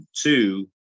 two